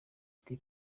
ati